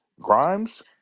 Grimes